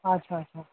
अच्छा अच्छा